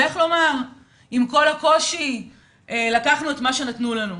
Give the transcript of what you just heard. ועם כל הקושי לקחנו את מה שנתנו לנו.